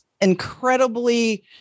incredibly